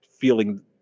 feeling